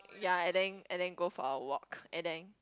ya and then and then go for a walk and then